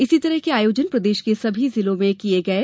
इसी तरह के आयोजन प्रदेश के सभी जिलों में किये जा रहे है